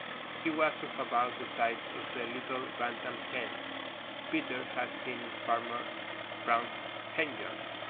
he was of about the size of the little bantam hens peter had seen in farmer brown's henyard.